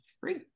free